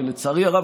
ולצערי הרב,